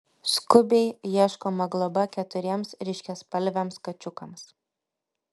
skubiai ieškoma globa keturiems ryškiaspalviams kačiukams